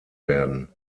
werden